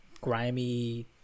grimy